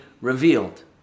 revealed